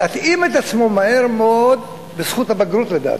להתאים את עצמו מהר מאוד, בזכות הבגרות, לדעתי,